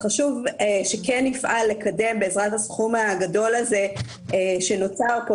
חשוב כן נפעל לקדם בעזרת הסכום הגדול הזה שנותר כאן,